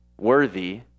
worthy